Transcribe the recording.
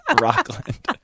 Rockland